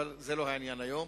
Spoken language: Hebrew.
אבל זה לא העניין היום.